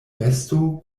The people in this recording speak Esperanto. vesto